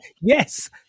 Yes